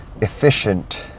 efficient